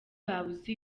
babuze